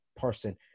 person